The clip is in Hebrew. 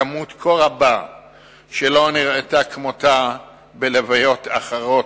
כמות כה רבה שלא נראתה כמותה בלוויות אחרות,